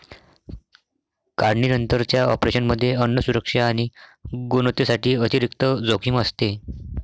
काढणीनंतरच्या ऑपरेशनमध्ये अन्न सुरक्षा आणि गुणवत्तेसाठी अतिरिक्त जोखीम असते